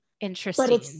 interesting